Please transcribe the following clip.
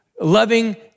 loving